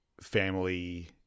family